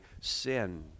sin